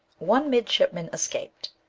one midshipman escaped,